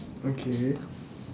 okay